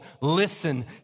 listen